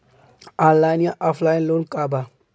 Online या offline loan का बा?